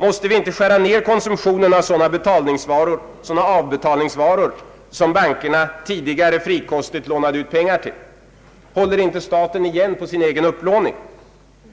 Måste vi inte skära ned konsumtionen av sådana avbetalningsvaror som bankerna tidigare frikostigt lånade ut pengar till? Håller inte staten igen på sin egen upplåning?”